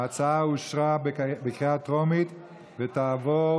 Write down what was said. ההצעה אושרה בקריאה טרומית ותעבור